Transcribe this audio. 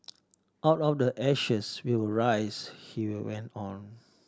out of the ashes we will rise he went on